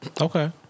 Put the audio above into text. Okay